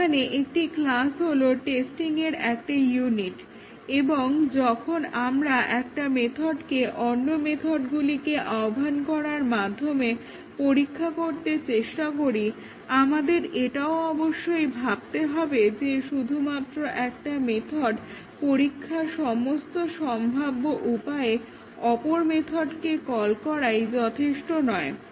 এখানে একটি ক্লাস হলো টেস্টিংয়ের একটা ইউনিট এবং যখন আমরা একটা মেথডকে অন্যান্য মেথডগুলিকে আহবান করার মাধ্যমে পরীক্ষা করতে চেষ্টা করি আমাদের এটাও অবশ্যই ভাবতে হবে যে শুধুমাত্র একটা মেথড পরীক্ষা সমস্ত সম্ভাব্য উপায়ে অপর মেথডকে কল করাই যথেষ্ট নয়